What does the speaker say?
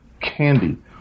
candy